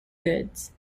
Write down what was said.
goods